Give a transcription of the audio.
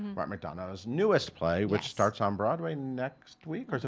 martin mcdonagh's newest play, which starts on broadway next week,